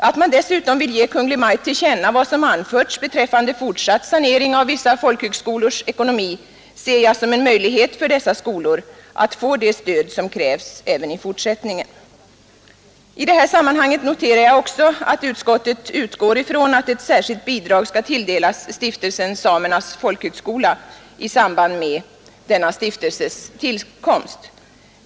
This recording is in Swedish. Att man dessutom vill ge Kungl. Maj:t till känna vad som anförts beträffande fortsatt sanering av vissa folkhögskolors ekonomi ser jag som en möjlighet för dessa skolor att få det stöd som krävs även i fortsättningen. I det här sammanhanget noterar jag också att utskottet utgår ifrån att ett särskilt bidrag skall tilldelas Stiftelsen Samernas folkhögskola i samband med denna stiftelses tillkomst.